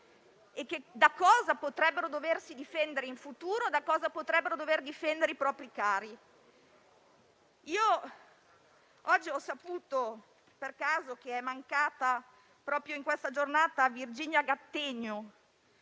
da cosa potrebbero doversi difendere in futuro, da cosa potrebbero dover difendere i propri cari. Oggi ho saputo per caso che è mancata proprio in questa giornata Virginia Gattegno,